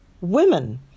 women